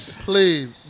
Please